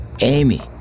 Amy